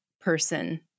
person